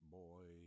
boy